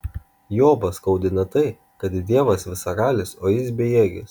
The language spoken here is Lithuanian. jobą skaudina tai kad dievas visagalis o jis bejėgis